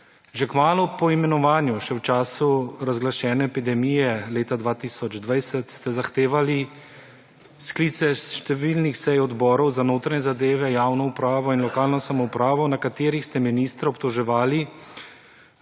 Že kmalu po imenovanju, še v času razglašene epidemije leta 2020 ste zahtevali sklice številnih sej odborov za notranje zadeve, javno upravo in lokalno samoupravo, na katerih ste ministre obtoževali